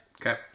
Okay